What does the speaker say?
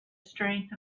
strength